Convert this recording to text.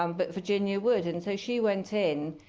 um but virginia would. and so she went in.